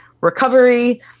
recovery